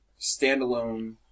standalone